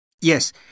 Yes